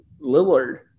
Lillard